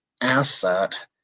asset